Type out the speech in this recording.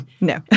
no